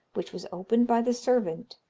which was opened by the servant,